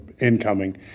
incoming